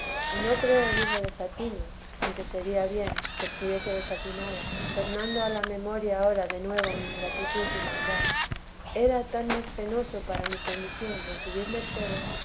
y no cfeo digo desatino aunque sería bien que estuviese desatinada tornando a la memoria ahora de nuevo mi ingratitud y maldad era tan más penoso para mi condición recibir mercedes